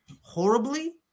horribly